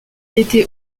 était